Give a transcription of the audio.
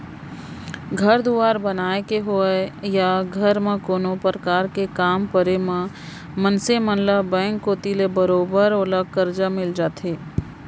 घर दुवार बनाय के होवय या घर म कोनो परकार के काम परे म मनसे मन ल बेंक कोती ले बरोबर ओला करजा मिल जाथे